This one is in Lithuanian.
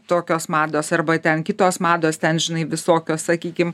tokios mados arba ten kitos mados ten žinai visokios sakykim